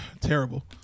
Terrible